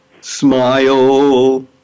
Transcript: SMILE